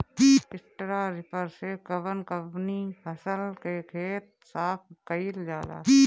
Straw reaper से कवन कवनी फसल के खेत साफ कयील जाला?